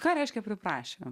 ką reiškia priprašė